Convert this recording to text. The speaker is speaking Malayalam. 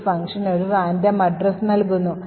ഈ ഫംഗ്ഷൻ ഒരു റാൻഡം address നൽകുന്നു